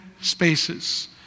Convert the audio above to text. spaces